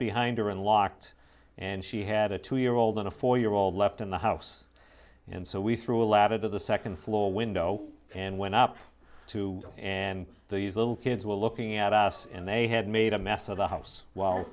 behind her unlocked and she had a two year old and a four year old left in the house and so we threw a ladder to the second floor window and went up to and these little kids were looking at us and they had made a mess of the house w